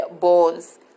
bones